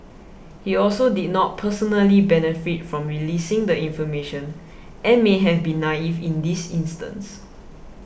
he also did not personally benefit from releasing the information and may have been naive in this instance